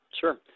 Sure